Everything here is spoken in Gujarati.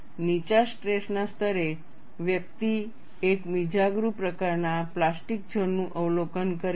નીચા સ્ટ્રેસના સ્તરે વ્યક્તિ એક મિજાગરું પ્રકારના પ્લાસ્ટિક ઝોન નું અવલોકન કરે છે